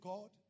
God